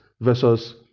versus